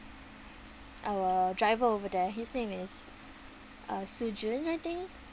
our driver over there his name is uh soo jun I think